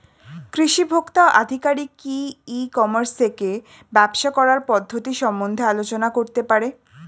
কৃষি ভোক্তা আধিকারিক কি ই কর্মাস থেকে ব্যবসা করার পদ্ধতি সম্বন্ধে আলোচনা করতে পারে?